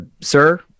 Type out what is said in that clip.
Sir